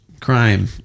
Crime